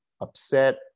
upset